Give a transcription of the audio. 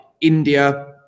India